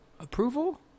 approval